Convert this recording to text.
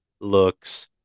looks